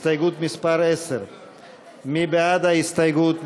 הסתייגות מס' 10. מי בעד ההסתייגות?